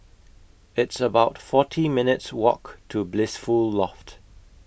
It's about forty minutes' Walk to Blissful Loft